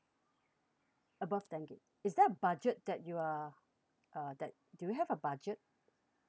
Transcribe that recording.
above ten gig is there a budget that you are uh that do you have a budget